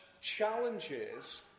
challenges